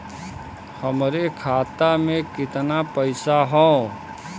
हमरे खाता में कितना पईसा हौ?